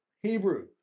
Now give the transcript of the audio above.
Hebrew